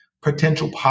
potential